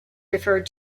referred